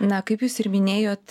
na kaip jūs ir minėjot